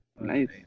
Nice